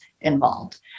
involved